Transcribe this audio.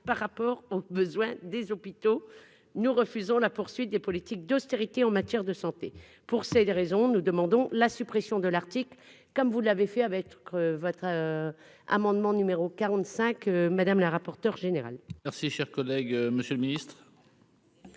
par rapport aux besoins des hôpitaux, nous refusons la poursuite des politiques d'austérité en matière de santé pour c'est des raisons nous demandons la suppression de l'article, comme vous l'avez fait avec votre amendement numéro 45 madame la rapporteure générale.